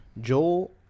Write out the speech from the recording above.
Joel